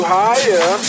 higher